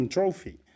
Trophy